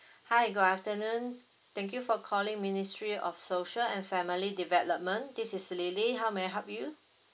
hi good afternoon thank you for calling ministry of social and family development this is lily how may I help you